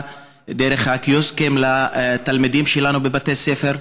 דרך הקיוסקים לתלמידים שלנו בבתי ספר,